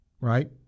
right